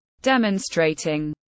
demonstrating